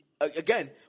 Again